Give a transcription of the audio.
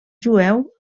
jueu